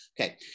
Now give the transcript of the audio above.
Okay